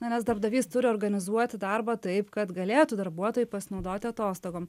nes darbdavys turi organizuoti darbą taip kad galėtų darbuotojai pasinaudoti atostogom